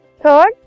Third